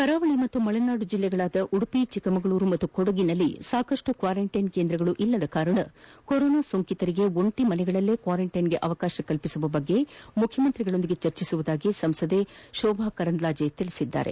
ಕರಾವಳಿ ಮತ್ತು ಮಲೆನಾಡು ಜಿಲ್ಲೆಗಳಾದ ಉಡುಪಿ ಚಿಕ್ಕಮಗಳೂರು ಹಾಗೂ ಕೊಡಗಿನಲ್ಲಿ ಸಾಕಷ್ಟು ಕ್ವಾರಂಟೈನ್ ಕೇಂದ್ರಗಳಲ್ಲದ ಕಾರಣ ಕೊರೋನಾ ಸೋಂಕಿತರಿಗೆ ಒಂಟ ಮನೆಗಳಲ್ಲೇ ಕ್ವಾರಂಟೈನ್ಗೆ ಅವಕಾಶ ಕಲ್ಪಿಸುವ ಕುರಿತು ಮುಖ್ಯಮಂತ್ರಿ ಅವರೊಂದಿಗೆ ಚರ್ಚಿಸುವುದಾಗಿ ಸಂಸದೆ ಶೋಭಾ ಕರಂದ್ಲಾಜೆ ತಿಳಿಸಿದ್ದಾರೆ